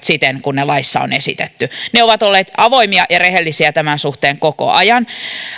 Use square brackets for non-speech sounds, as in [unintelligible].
[unintelligible] siten kuin ne laissa on esitetty ne ovat olleet avoimia ja rehellisiä tämän suhteen koko ajan